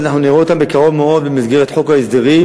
ואנחנו נראה אותן בקרוב מאוד במסגרת חוק ההסדרים.